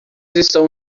estão